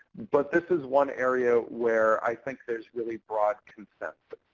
but this is one area where i think there's really broad consensus,